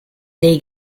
dei